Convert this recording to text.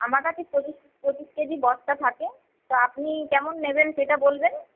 আমার কাছে পঁচিশ পঁচিশ কেজির বস্তা থাকে তা আপনি কেমন নেবেন সেটা বলবেন